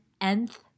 nth